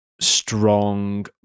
strong